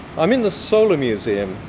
i'm in the solar museum,